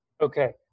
Okay